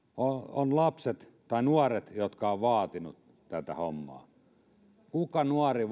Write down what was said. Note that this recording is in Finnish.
on lapset tai nuoret jotka ovat vaatineet tätä hommaa kuka nuori